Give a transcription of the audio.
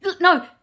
no